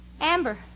Amber